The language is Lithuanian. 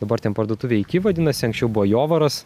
dabar ten parduotuvė iki parduotuvėje iki vadinasi anksčiau buvo jovaras